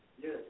Yes